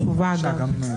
מי נמנע?